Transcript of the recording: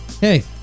hey